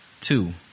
two